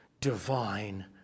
divine